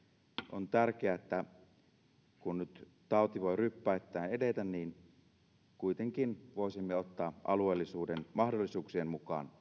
on tärkeää että kun nyt tauti voi ryppäittäin edetä niin kuitenkin voisimme ottaa alueellisuuden mahdollisuuksien mukaan